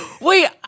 Wait